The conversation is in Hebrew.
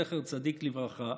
זכר צדיק לברכה,